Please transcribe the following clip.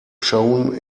shone